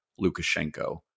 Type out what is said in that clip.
Lukashenko